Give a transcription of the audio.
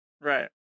Right